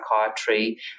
psychiatry